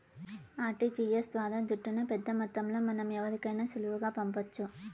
RTGS ద్వారా దుడ్డుని పెద్దమొత్తంలో మనం ఎవరికైనా సులువుగా పంపొచ్చు